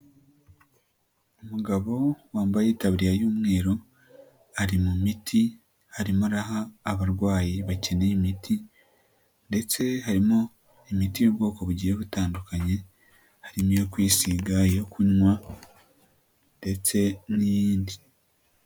Umugabo wambaye itaburiya y'umweru ari mu miti arimo araha abarwayi bakeneye imiti ndetse harimo imiti y'ubwoko bugiye butandukanye harimo iyo kwisiga, iyo kunywa ndetse n'iyindi.